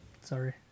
Sorry